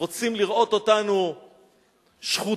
רוצים לראות אותנו שחוטים,